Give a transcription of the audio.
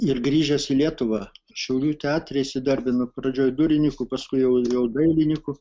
ir grįžęs į lietuvą šiaulių teatre įsidarbino pradžioje durininku paskui jau jau dailininku